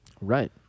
Right